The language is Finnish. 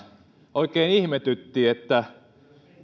oikein ihmetytti että